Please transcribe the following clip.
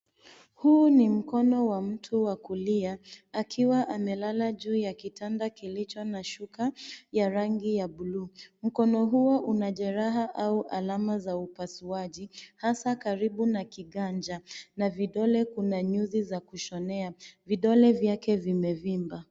Huu ni mkono wa mtu wa kulia akiwa amelala juu ya kitanda kilicho na shuka ya rangi ya buluu. Mkono huo una jeraha au alama za upasuaji hasaa karibu na kiganja, na vidole kuna nyuzi za kushonea. Vidole vyake vimevimba.